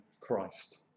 Christ